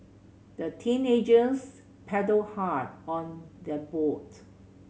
the teenagers paddled hard on their boat